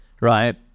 right